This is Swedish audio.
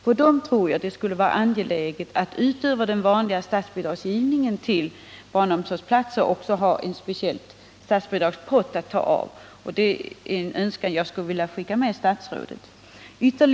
För dem tror jag det skulle vara angeläget att utöver den vanliga statsbidragsgivningen till barnomsorgsplatser ha en speciell statsbidragspott att ta av. Det är en önskan jag skulle vilja skicka med statsrådet.